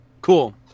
cool